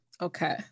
Okay